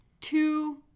two